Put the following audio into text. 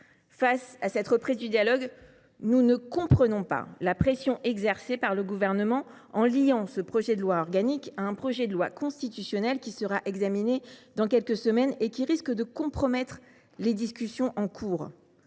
tenu de la reprise du dialogue, nous ne comprenons pas la pression qu’exerce le Gouvernement en liant le présent projet de loi organique à un projet de loi constitutionnelle, qui sera examiné dans quelques semaines et risque de compromettre les discussions en cours.